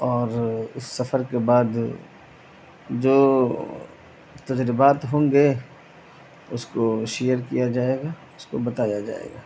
اور اس سفر کے بعد جو تجربات ہوں گے اس کو شیئر کیا جائے گا اس کو بتایا جائے گا